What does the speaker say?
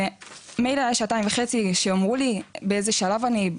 ומילא אם היה שעתיים וחצי שאמרו לי באיזה שלב אני,